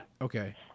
Okay